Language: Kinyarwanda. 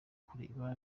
kureba